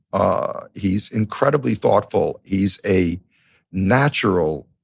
ah he's incredibly thoughtful. he's a natural,